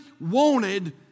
wanted